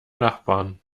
nachbarn